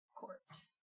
corpse